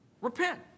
Repent